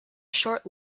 short